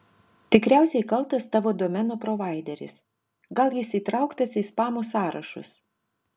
tikriausiai kaltas tavo domeno provaideris gal jis įtrauktas į spamo sąrašus